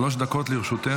שלוש דקות לרשותך.